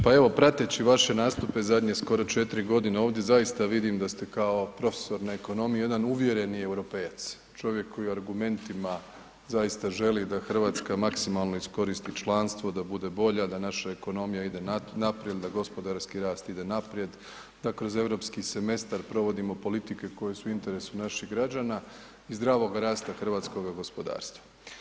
Pa evo, prateći vaše nastupe zadnje skoro 4 g. ovdje, zaista vidim da ste kao profesor na Ekonomiji, jedan uvjereni europejac, čovjek koji argumentima zaista želi da Hrvatska maksimalno iskoristi članstvo, da bude bolja, da naša ekonomija ide naprijed, da gospodarski rast ide naprijed, da kroz europski semestar providimo politike koje su u interesu naših građana i zdravoga rasta hrvatskoga gospodarstva.